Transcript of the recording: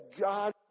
God